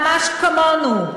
ממש כמונו.